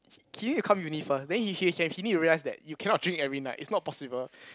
he he need to come uni first then he he he he need to realise that you cannot drink every night it's not possible